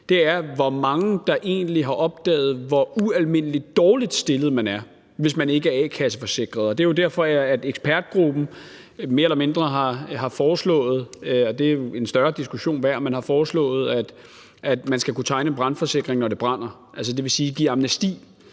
er, hvor mange der egentlig har opdaget, hvor ualmindelig dårligt stillet man er, hvis man ikke er a-kasseforsikret, og det er jo derfor, ekspertgruppen mere eller mindre har foreslået, og det er en større diskussion værd, at man skal kunne tegne en brandforsikring, når det brænder, dvs. give amnesti